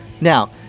Now